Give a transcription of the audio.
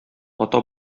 ата